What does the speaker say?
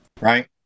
right